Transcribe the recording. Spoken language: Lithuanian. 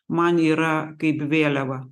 man yra kaip vėliava